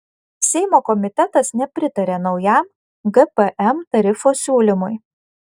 seimo komitetas nepritarė naujam gpm tarifo siūlymui